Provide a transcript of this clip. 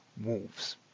wolves